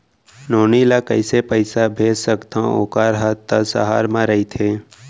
नोनी ल कइसे पइसा भेज सकथव वोकर हा त सहर म रइथे?